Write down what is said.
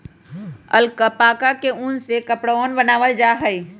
alpaca के उन से कपड़वन बनावाल जा हई